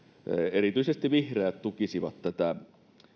erityisesti vihreät tukisivat tätä